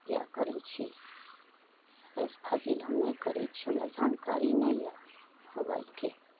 इएह करै छी एहिसे फाजिल नहि करै छी बेसी जानकारिए नहि यऽ मोबाइलके